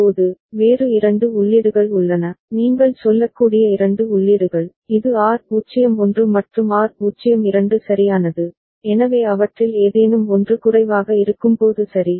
இப்போது வேறு இரண்டு உள்ளீடுகள் உள்ளன நீங்கள் சொல்லக்கூடிய இரண்டு உள்ளீடுகள் இது R01 மற்றும் R02 சரியானது எனவே அவற்றில் ஏதேனும் ஒன்று குறைவாக இருக்கும்போது சரி